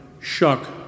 shuck